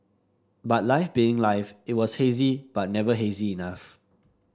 but life being life it was hazy but never hazy enough